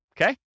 okay